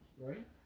Right